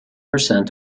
percent